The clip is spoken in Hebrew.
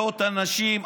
מאות אנשים,